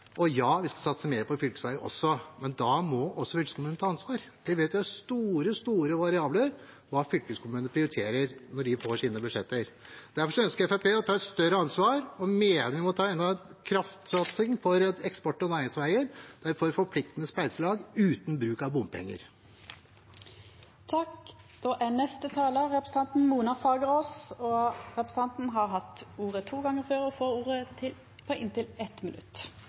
Ja, vi skal også satse mer på fylkesveier, men da må fylkeskommunene ta ansvar. Vi vet det er store, store variasjoner i hva fylkeskommunene prioriterer når de får sine budsjetter. Derfor ønsker Fremskrittspartiet å ta et større ansvar og mener vi må ta enda en kraftsatsing på eksport- og næringsveier, og vi er for et forpliktende spleiselag uten bruk av bompenger. Representanten Mona Fagerås har hatt ordet to gonger tidlegare og får ordet til ein kort merknad, avgrensa til 1 minutt.